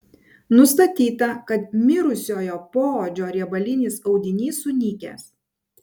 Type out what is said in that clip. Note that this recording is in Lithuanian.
nustatyta kad mirusiojo poodžio riebalinis audinys sunykęs